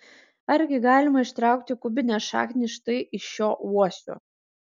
argi galima ištraukti kubinę šaknį štai iš šio uosio